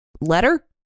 letter